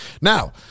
Now